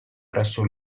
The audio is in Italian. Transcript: presso